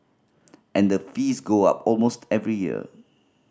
and the fees go up almost every year